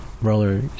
Roller